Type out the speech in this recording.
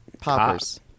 poppers